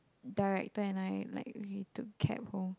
director and I like need to cab home